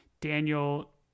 Daniel